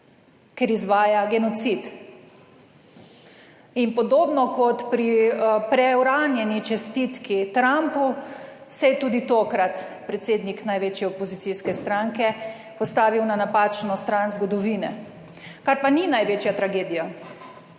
Ker izvaja genocid. In podobno kot pri preuranjeni čestitki Trumpu, se je tudi tokrat predsednik največje opozicijske stranke postavil na napačno stran zgodovine. Kar pa ni največja tragedija.